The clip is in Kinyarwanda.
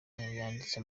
yanditse